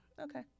okay